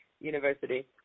University